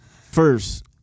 first